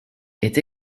est